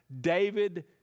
David